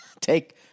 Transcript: Take